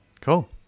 Cool